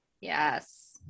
Yes